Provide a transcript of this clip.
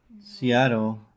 Seattle